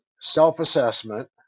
self-assessment